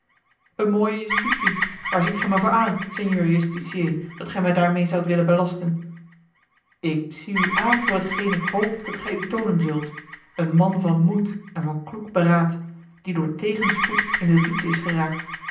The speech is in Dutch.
een mooie justitie waar ziet gij mij voor aan seigneur justicier dat gij mij daarmeê zoudt willen belasten ik zie u aan voor t geen ik hoop dat gij u toonen zult een man van moed en van kloek beraad die door tegenspoed in de diepte is geraakt